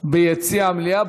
ביציע המליאה.